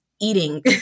eating